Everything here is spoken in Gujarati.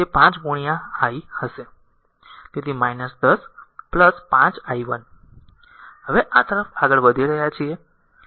તેથી 10 5 i 1 હવે આ તરફ આગળ વધી રહ્યા છે